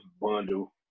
bundle